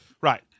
Right